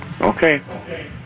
Okay